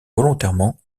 volontairement